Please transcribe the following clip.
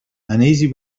uneasy